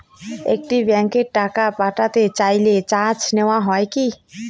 একই ব্যাংকে টাকা পাঠাতে চাইলে চার্জ নেওয়া হয় কি?